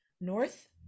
north